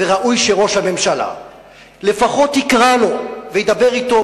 וראוי שראש הממשלה לפחות יקרא לו וידבר אתו,